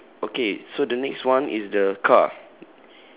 ah same okay so the next one is the car